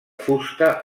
fusta